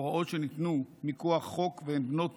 הוראות שניתנו מכוח חוק והן בנות